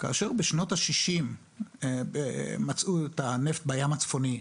כאשר בשנות ה-60 מצאו נפט בים הצפוני,